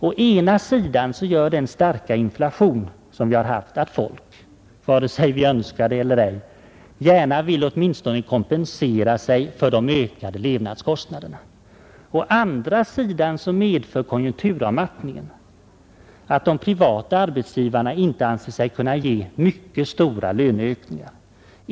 Å ena sidan gör den starka inflation som vi har haft att folk — vare sig vi önskar det eller ej — gärna vill åtminstone kompensera sig för de ökade levnadskostnaderna. Å andra sidan medför konjunkturavmattningen att de privata arbetsgivarna inte anser sig kunna ge mycket stora löneökningar.